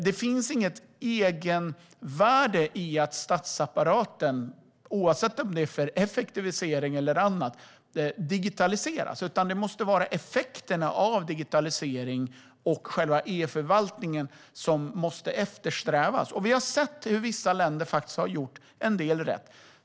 Det finns inget egenvärde i att statsapparaten digitaliseras, oavsett om det är för effektivisering eller annat, utan det måste vara effekterna av digitalisering och själva e-förvaltningen som måste eftersträvas. Vi har sett hur vissa länder har gjort en del rätt.